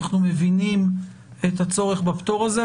אנחנו מבינים את הצורך בפטור הזה,